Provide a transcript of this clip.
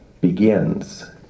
begins